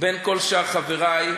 בין כל שאר חברי,